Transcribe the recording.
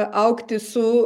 augti su